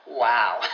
wow